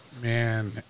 Man